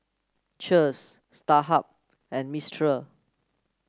Cheers Starhub and Mistral